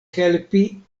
helpi